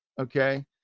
Okay